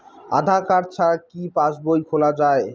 আধার card ছাড়া কি passbook খোলা যায়?